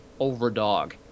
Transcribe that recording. overdog